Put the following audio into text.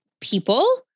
people